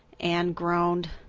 anne groaned.